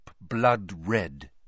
blood-red